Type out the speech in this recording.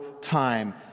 time